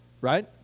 right